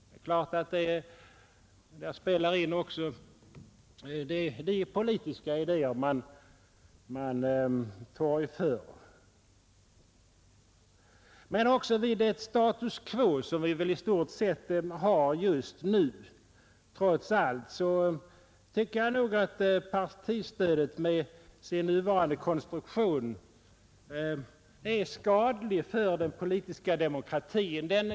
Det är klart att där också spelar in de politiska idéer man torgför. Också vid ett status quo, som vi väl trots allt i stort sett har just nu, så tycker jag nog att partistödet med sin nuvarande konstruktion är skadligt för den politiska demokratin.